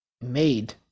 Made